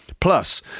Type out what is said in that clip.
Plus